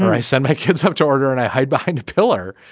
i send my kids up to order and i hide behind a pillar.